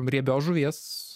riebios žuvies